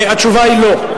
התשובה היא לא.